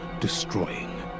destroying